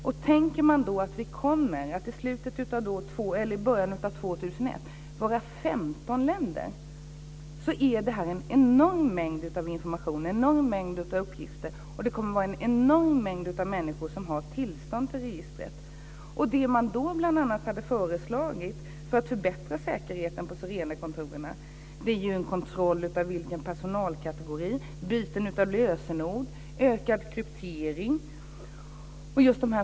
I början av 2001 kommer det vara fråga om 15 länder. Det är en enorm mängd information, en enorm mängd uppgifter, och det kommer att vara en enorm mängd människor med tillstånd till registret. Det som har föreslagits som en förbättring av säkerheten på Sirenekontoren är en kontroll av personalkategori, byten av lösenord och ökad kryptering.